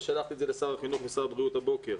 ושלחתי את זה לשר החינוך ולשר הבריאות הבוקר,